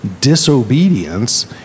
disobedience